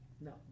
no